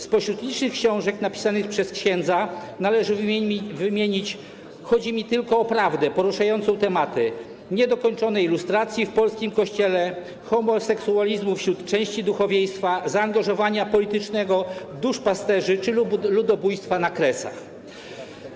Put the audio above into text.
Spośród licznych książek napisanych przez księdza należy wymienić książkę pt. „Chodzi mi tylko o prawdę”, poruszającą tematy niedokończonej lustracji w polskim Kościele, homoseksualizmu wśród części duchowieństwa, zaangażowania politycznego duszpasterzy czy ludobójstwa na Kresach Wschodnich.